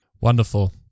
Wonderful